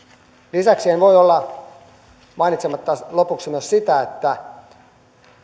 lisäksi en voi olla mainitsematta lopuksi myös sitä että